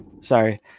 Sorry